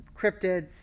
cryptids